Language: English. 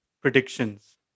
predictions